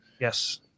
yes